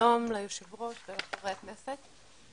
שלום ליושב-ראש ולחברי הכנסת.